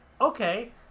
okay